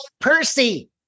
Percy